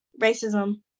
Racism